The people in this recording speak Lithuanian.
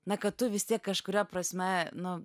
na kad tu vis tiek kažkuria prasme nu